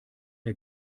der